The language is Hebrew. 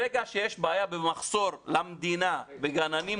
ברגע שיש מחסור למדינה בגננים,